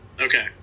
Okay